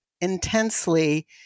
intensely